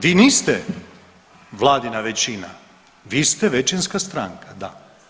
Vi niste Vladina većina, vi ste većinska stranka, da.